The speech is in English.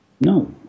No